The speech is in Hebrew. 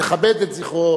נכבד את זכרו